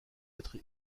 être